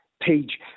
page